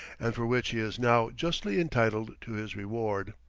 and for which he is now justly entitled to his reward.